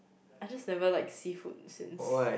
I just never liked seafood since